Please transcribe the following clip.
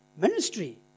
ministry